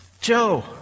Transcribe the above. Joe